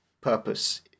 purpose